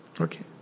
Okay